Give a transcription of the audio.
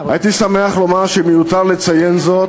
הייתי שמח לומר שמיותר לציין זאת,